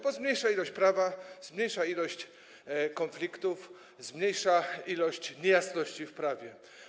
Bo zmniejsza ilość prawa, zmniejsza ilość konfliktów, zmniejsza ilość niejasności w prawie.